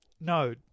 no